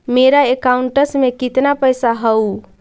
मेरा अकाउंटस में कितना पैसा हउ?